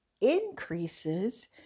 increases